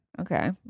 Okay